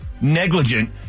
negligent